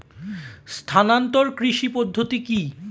স্থানান্তর কৃষি পদ্ধতি কি?